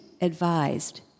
advised